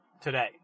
Today